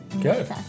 Good